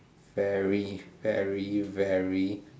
very very very